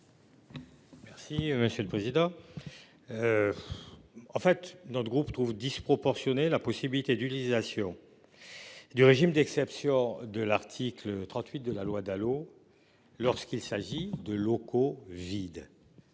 Merci monsieur le président. En fait notre groupe trouve disproportionnée la possibilité d'utilisation. Du régime d'exception de l'article 38 de la loi Dalo lorsqu'il s'agit de locaux vides.